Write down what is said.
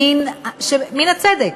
שמן הצדק